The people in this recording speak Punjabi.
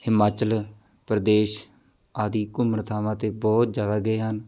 ਹਿਮਾਚਲ ਪ੍ਰਦੇਸ਼ ਆਦਿ ਘੁੰਮਣ ਥਾਵਾਂ 'ਤੇ ਬਹੁਤ ਜ਼ਿਆਦਾ ਗਏ ਹਨ